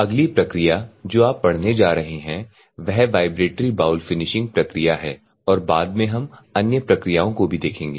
अगली प्रक्रिया जो आप पढ़ने जा रहे हैं वह वाइब्रेटरी बाउल फिनिशिंग प्रक्रिया है और बाद में हम अन्य प्रक्रियाओं को भी देखेंगे